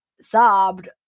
sobbed